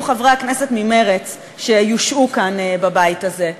חברי כנסת ממרצ שיושעו כאן בבית הזה.